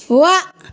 ವಾ